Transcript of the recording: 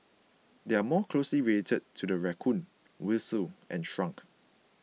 they are more closely related to the raccoon weasel and skunk